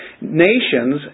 nations